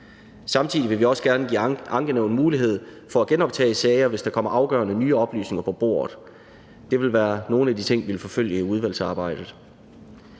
Samtidig vil vi også gerne give ankenævnet mulighed for at genoptage sager, hvis der kommer afgørende, nye oplysninger på bordet. Det vil være nogle af de ting, vi vil forfølge i udvalgsarbejdet.